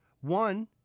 One